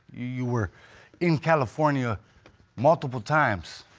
you were in california multiple times.